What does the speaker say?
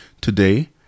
Today